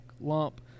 Lump